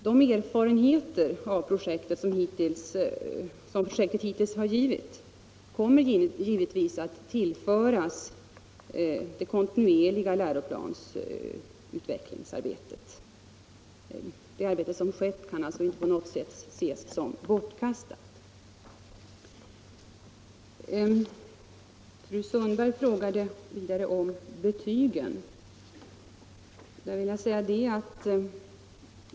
De erfarenheter som projektet hittills har givit kommer naturligtvis att tillföras det kontinuerliga läroplansutvecklingsarbetet. Det arbete som gjorts kan alltså inte på något sätt ses som bortkastat. Fru Sundberg frågade om betygen.